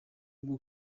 bwo